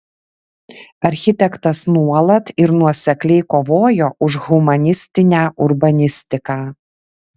architektas nuolat ir nuosekliai kovojo už humanistinę urbanistiką